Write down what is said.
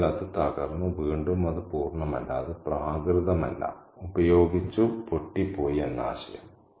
അതിനാൽ അത് തകർന്നു വീണ്ടും അത് പൂർണ്ണമല്ല അത് പ്രാകൃതമല്ല ഉപയോഗിച്ചു പൊട്ടിപ്പോയി എന്ന ആശയം